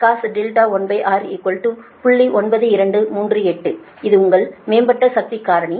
9238 இது உங்கள் மேம்பட்ட சக்தி காரணி